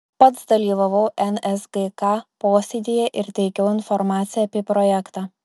pats dalyvavau nsgk posėdyje ir teikiau informaciją apie projektą